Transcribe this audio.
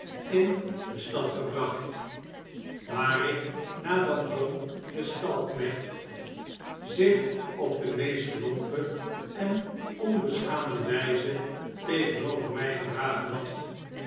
in de stad gebracht waar ik nadat john de stalknecht zich op de meest lompe en onbeschaamde wijze tegenover mij gedragen had